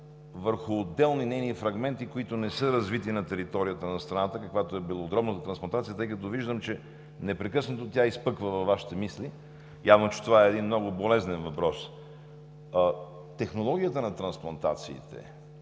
върху отделни нейни фрагменти, които не са развити на територията на страната, каквато е белодробната трансплантация, тъй като, виждам, че тя непрекъснато изпъква във Вашите мисли – явно, това е един много болезнен въпрос. Технологията на трансплантациите,